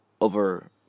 Over